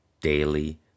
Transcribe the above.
daily